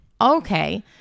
okay